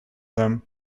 them